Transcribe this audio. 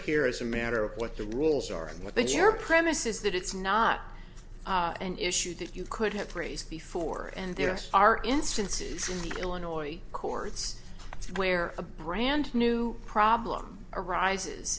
here is a matter of what the rules are and what your premise is that it's not an issue that you could have raised before and there are instances in the illinois courts where a brand new problem arises